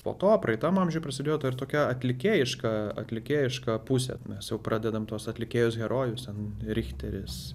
po to praeitam amžiuj prasidėjo ta ir tokia atlikėjiška atlikėjiška pusė mes jau pradedam tuos atlikėjus herojus ten richteris